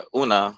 una